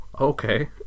Okay